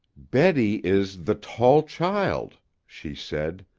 betty is the tall child she said,